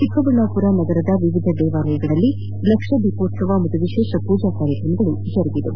ಚಿಕ್ಕಬಳ್ಳಾಪುರ ನಗರದ ವಿವಿಧ ದೇವಾಲಯಗಳಲ್ಲಿ ಲಕ್ಷ ದೀಪೋತ್ಸವ ಮತ್ತು ವಿಶೇಷ ಪೂಜಾ ಕಾರ್ಯಕ್ರಮಗಳು ಜರುಗಿದವು